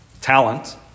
Talent